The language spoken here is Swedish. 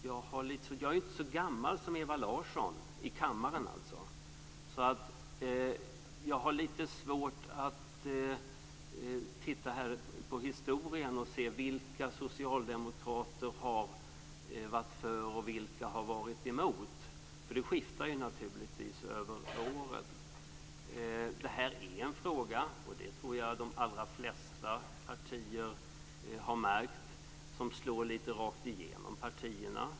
Jag är ju inte så gammal som Ewa Larsson, i kammaren alltså, så jag har lite svårt att titta på historien här och se vilka socialdemokrater som har varit för och vilka som har varit emot, för det skiftar ju naturligtvis över åren. Det här är en fråga - det tror jag att de allra flesta partier har märkt - som slår rakt igenom partierna.